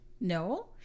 no